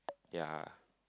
ya